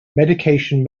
medication